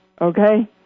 okay